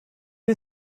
you